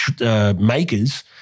makers